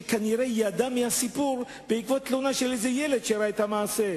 שכנראה ידעה מהסיפור בעקבות תלונה של ילד שראה את המעשה.